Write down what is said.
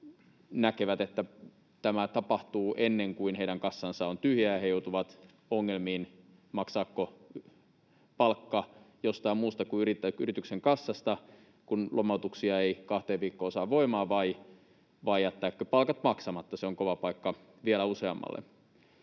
näkevät, että tämä tapahtuu ennen kuin heidän kassansa on tyhjä ja he joutuvat ongelmiin, että maksaako palkka jostain muusta kuin yrityksen kassasta, kun lomautuksia ei kahteen viikkoon saa voimaan, vai jättääkö palkat maksamatta. Se on kova paikka vielä useammalle.